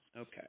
okay